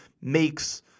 makes